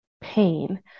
pain